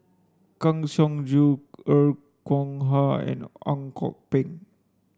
Kang Siong Joo Er Kwong Wah and Ang Kok Peng